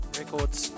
records